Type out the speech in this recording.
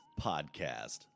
podcast